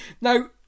Now